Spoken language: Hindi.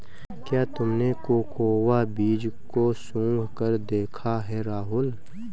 क्या तुमने कोकोआ बीज को सुंघकर देखा है राहुल?